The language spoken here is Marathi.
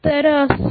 तर असो